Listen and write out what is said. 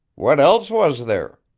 what else was there?